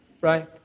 right